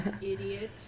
Idiot